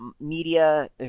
media